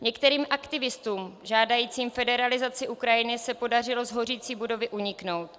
Některým aktivistům žádajícím federalizaci Ukrajiny se podařilo z hořící budovy uniknout.